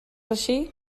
així